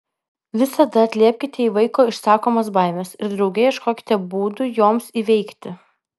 visada atliepkite į vaiko išsakomas baimes ir drauge ieškokite būdų joms įveikti